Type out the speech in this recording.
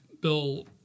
bill